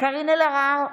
קארין אלהרר,